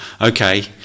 okay